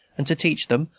and to teach them,